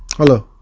hello,